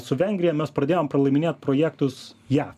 su vengrija mes pradėjom pralaimėt projektus jav